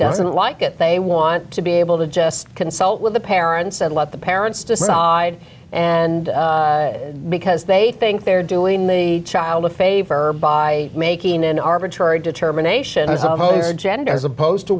doesn't like it they want to be able to just consult with the parents and let the parents decide and because they think they're doing the child a favor by making an arbitrary determination gender as opposed to